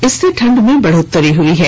इससे ठंड में बढ़ोतरी हो गई है